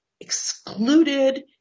excluded